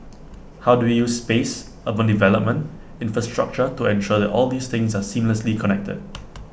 how do we use space urban development infrastructure to ensure that all these things are seamlessly connected